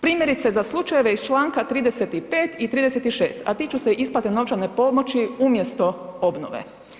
Primjerice, za slučajeve iz čl. 35. i 36., a tiču se isplate novčane pomoći umjesto obnove.